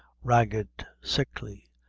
ragged, sickly,